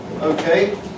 okay